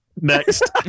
Next